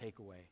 takeaway